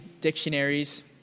dictionaries